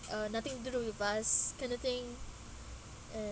uh nothing to do with us kind of thing and